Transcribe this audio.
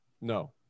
No